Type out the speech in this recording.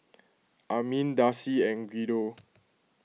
Armin Darcy and Guido